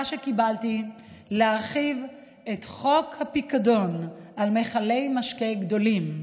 שקיבלתי להרחיב את חוק הפיקדון על מכלי משקה גדולים.